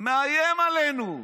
מאיים עלינו.